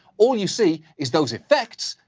all you see is those effects,